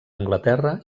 anglaterra